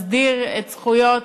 מסדיר את זכויות